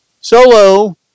Solo